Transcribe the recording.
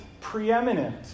preeminent